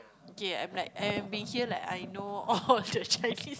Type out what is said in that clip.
K I'm like I am been here like I know all the checklist